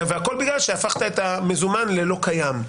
והכול בגלל שהפכת את המזומן ללא קיים,